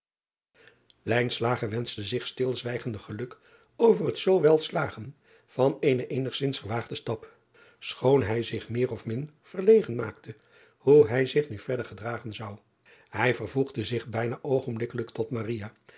wenschte zich stilzwijgende geluk over het zoo wel slagen van eenen eenigzins gewaagden stap schoon hij zich meer of min verlegen maakte hoe hij zich nu verder gedragen zou ij vervoegde zich bijna oogenblikkelijk tot